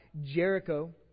Jericho